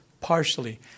partially